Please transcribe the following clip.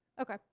Okay